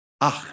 Ach